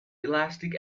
elastic